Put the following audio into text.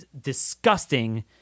disgusting